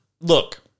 look